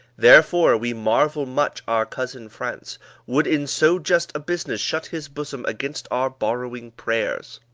therefore we marvel much our cousin france would in so just a business shut his bosom against our borrowing prayers.